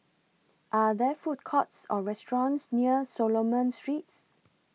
Are There Food Courts Or restaurants near Solomon Street